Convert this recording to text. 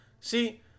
See